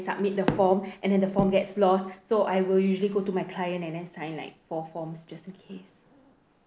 submit the form and then the form gets lost so I will usually go to my client and then sign like four forms just in case